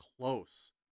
close